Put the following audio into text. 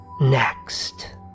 Next